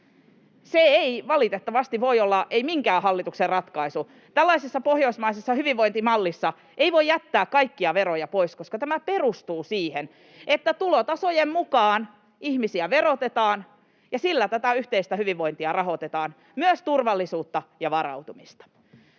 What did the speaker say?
Se ei valitettavasti voi olla minkään hallituksen ratkaisu. Tällaisessa pohjoismaisessa hyvinvointimallissa ei voi jättää kaikkia veroja pois, koska tämä perustuu siihen, että tulotasojen mukaan ihmisiä verotetaan ja sillä tätä yhteistä hyvinvointia rahoitetaan — myös turvallisuutta ja varautumista.